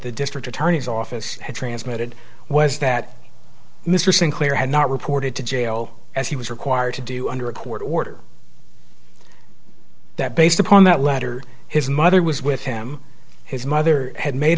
the district attorney's office had transmitted was that mr sinclair had not reported to jail as he was required to do under a court order that based upon that letter his mother was with him his mother had made